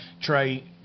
Trey